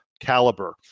caliber